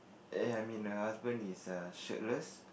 err I mean the husband is err shirtless